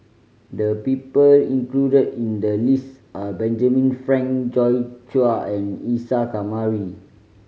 the people include in the list are Benjamin Frank Joi Chua and Isa Kamari